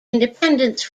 independence